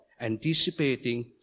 anticipating